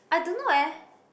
I don't know eh